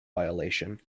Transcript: violation